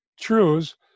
truths